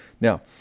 Now